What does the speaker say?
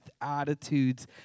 attitudes